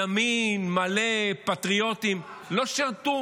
ימין מלא, פטריוטים, לא שירתו